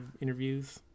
interviews